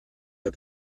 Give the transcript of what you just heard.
der